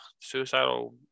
suicidal